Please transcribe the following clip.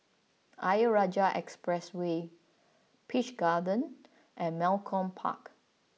Ayer Rajah Expressway Peach Garden and Malcolm Park